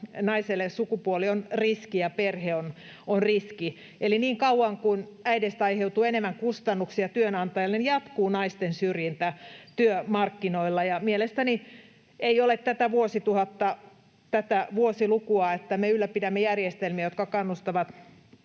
naiselle sukupuoli on riski ja perhe on riski. Niin kauan kuin äideistä aiheutuu työnantajalle enemmän kustannuksia, naisten syrjintä työmarkkinoilla jatkuu. Mielestäni ei ole tätä vuosituhatta, tätä vuosilukua, että me ylläpidämme järjestelmiä, jotka kannustavat